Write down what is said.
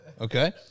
okay